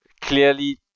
clearly